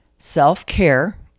Self-care